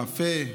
מאפה,